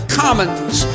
commons